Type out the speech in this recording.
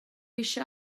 eisiau